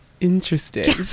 Interesting